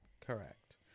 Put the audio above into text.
correct